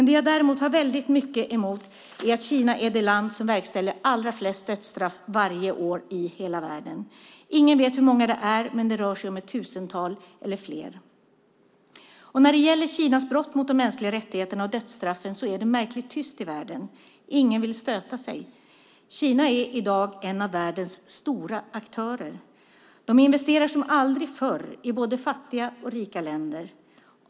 Det jag däremot har väldigt mycket emot är att Kina är det land i hela världen som verkställer allra flest dödsstraff varje år. Ingen vet hur många det är, men det rör sig om ett tusental eller fler. När det gäller Kinas brott mot de mänskliga rättigheterna och dödsstraffen är det märkligt tyst i världen. Ingen vill stöta sig. Kina är i dag en av världens stora aktörer. De investerar som aldrig förr i både fattiga och rika länder.